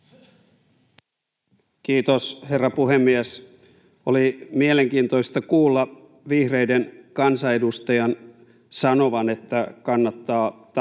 Kiitos, herra puhemies! Oli mielenkiintoista kuulla vihreiden kansanedustajan sanovan, että kannattaa tarkkaan